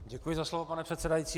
Děkuji za slovo, pane předsedající.